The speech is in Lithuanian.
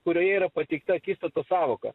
kurioje yra pateikta akistatos sąvoka